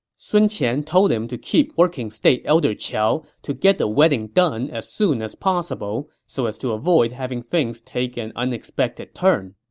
sun qian told him to keep working state elder qiao to get the wedding done as soon as possible, so as to avoid having things take an unpredictable turn.